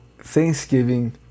Thanksgiving